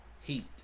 heat